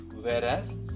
whereas